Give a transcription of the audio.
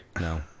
no